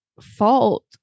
fault